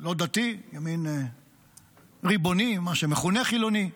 לא דתי, ימין ריבוני, מה שמכונה חילוני.